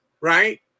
right